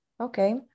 okay